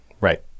Right